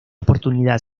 oportunidad